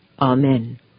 Amen